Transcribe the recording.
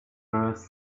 first